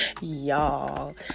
y'all